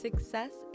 Success